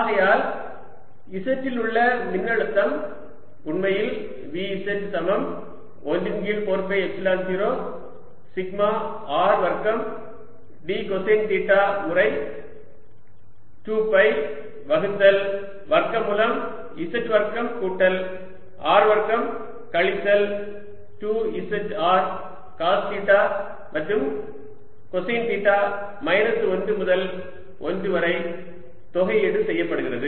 ஆகையால் z இல் உள்ள மின்னழுத்தம் உண்மையில் V z சமம் 1 இன் கீழ் 4 பை எப்சிலன் 0 சிக்மா R வர்க்கம் d கொசைன் தீட்டா முறை 2 பை வகுத்தல் வர்க்கமூலம் z வர்க்கம் கூட்டல் R வர்க்கம் கழித்தல் 2 z R காஸ் தீட்டா மற்றும் கொசைன் தீட்டா மைனஸ் 1 முதல் 1 வரை தொகையீடு செய்யப்படுகிறது